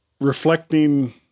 reflecting